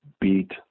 beat